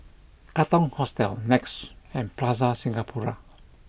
Katong Hostel Nex and Plaza Singapura